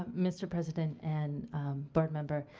mr. president and board member,